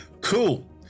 Cool